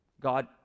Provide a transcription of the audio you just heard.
God